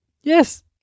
Yes